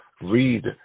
read